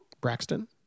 Braxton